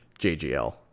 jgl